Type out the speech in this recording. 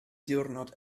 diwrnod